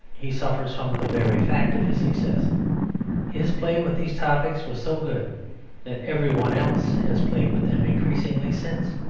he suffers from the very fact of his success his play with these topics was so good that every one else has played with them increasingly since